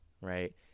right